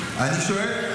אני שואל.